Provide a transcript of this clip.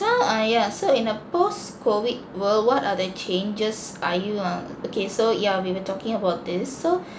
so ah yes so in a post COVID world what are the changes are you uh okay so yeah we were talking about this so